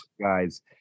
guys